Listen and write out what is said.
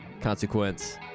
Consequence